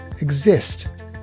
exist